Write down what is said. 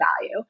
value